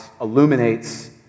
illuminates